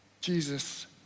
Jesus